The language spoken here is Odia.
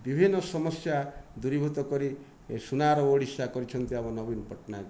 ବିଭିନ୍ନ ସମସ୍ୟା ଦୂରୀଭୂତ କରି ଏ ସୁନାର ଓଡ଼ିଶା କରିଛନ୍ତି ଆମ ନବୀନ ନବୀନ ପଟ୍ଟନାୟକ